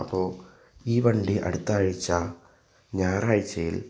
അപ്പോൾ ഈ വണ്ടി അടുത്ത ആഴ്ച ഞായറാഴ്ചയിൽ